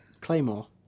Claymore